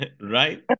Right